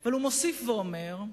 אבל הוא מוסיף ואומר: